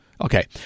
Okay